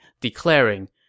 declaring